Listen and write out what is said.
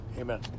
amen